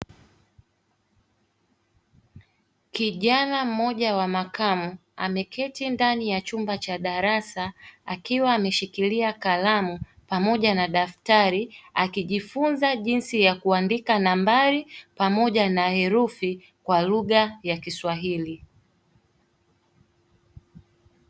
Kijana mmoja wa makamo ameketi ndani ya chumba cha darasa akiwa ameshikilia kalamu pamoja na daftari, akijifunza jinsi ya kuandika nambari pamoja na herufi kwa lugha ya kiswahili.